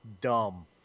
dumb